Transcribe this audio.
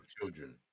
children